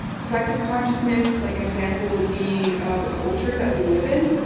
collective consciousness like an example would be the culture that we live in.